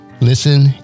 listen